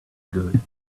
good